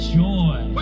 joy